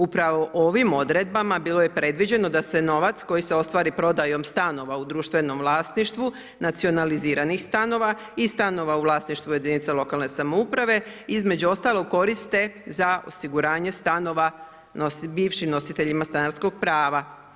Upravo ovim odredbama bilo je predviđeno da se novac koji se ostvari prodajom stanova u društvenom vlasništvu, nacionaliziranih stanova i stanova u vlasništvu jedinica lokalne samouprave između ostalog koriste za osiguranje stanova bivšim nositeljima stanarskog prava.